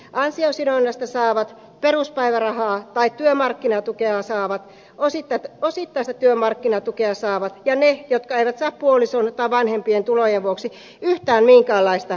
ansiosidonnaista saavat peruspäivärahaa tai työmarkkinatukea saavat osittaista työmarkkinatukea saavat ja ne jotka eivät saa puolison tai vanhempien tulojen vuoksi yhtään minkäänlaista työttömyysturvaa